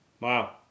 Wow